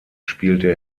spielte